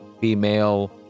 female